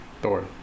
Thor